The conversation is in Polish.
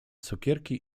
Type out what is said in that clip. cukierki